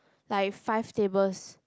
like five tables